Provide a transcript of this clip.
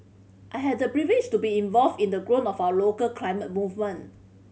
I had the privilege to be involved in the growth of our local climate movement